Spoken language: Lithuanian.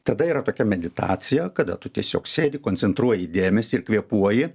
tada yra tokia meditacija kada tu tiesiog sėdi koncentruoji dėmesį ir kvėpuoji